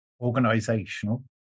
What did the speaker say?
organizational